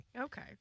Okay